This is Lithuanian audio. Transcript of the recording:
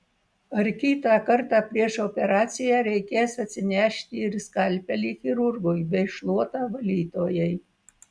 ar kitą kartą prieš operaciją reikės atsinešti ir skalpelį chirurgui bei šluotą valytojai